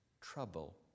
trouble